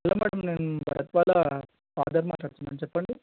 hello madam నేను భరత్ వాళ్ళ father మాట్లాడుతున్నాను చెప్పండి